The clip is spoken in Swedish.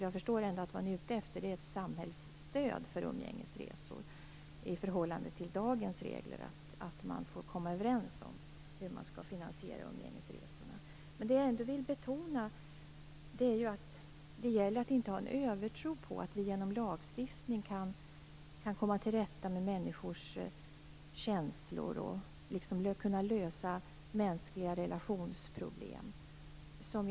Jag förstår att de är ute efter ett samhällsstöd för umgängesresor, i förhållande till dagens regler om att man får komma överens om hur umgängesresorna skall finansieras. Det jag då vill betona är att det gäller att inte ha en övertro på att vi genom lagstiftning kan komma till rätta med människors känslor och lösa mänskliga relationsproblem.